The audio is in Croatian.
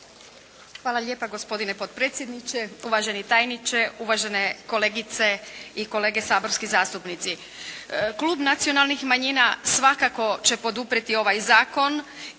Hvala lijepa gospodine potpredsjedniče. Uvaženi tajniče, uvažene kolegice i kolege saborski zastupnici. Klub Nacionalnih manjina svakako će poduprijeti ovaj zakon